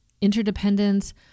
interdependence